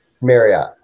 Marriott